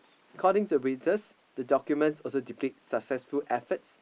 according to Reuters the document also depict successful efforts